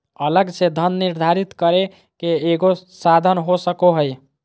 अलग से धन निर्धारित करे के एगो साधन हो सको हइ